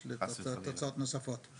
יש לי תוצאות נוספות.